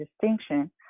distinction